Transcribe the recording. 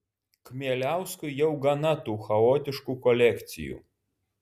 kmieliauskui jau gana tų chaotiškų kolekcijų